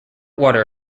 water